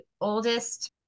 oldest